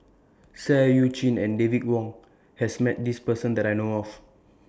Seah EU Chin and David Wong has Met This Person that I know of